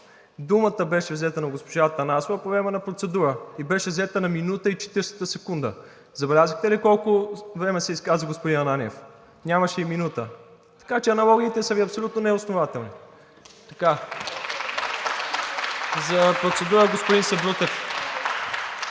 Думата беше взета на госпожа Атанасова по време на процедура и беше взета на минута и четиридесет секунди. Забелязахте ли колко време се изказва господин Ананиев? Нямаше и минута! Така че аналогиите Ви са абсолютно неоснователни. (Ръкопляскания от